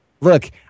look